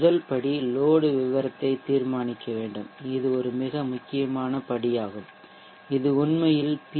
முதல் படி லோட் விவரத்தை தீர்மானிக்க வேண்டும் இது ஒரு மிக முக்கியமான படியாகும் இது உண்மையில் பி